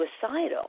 suicidal